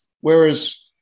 Whereas